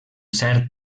cert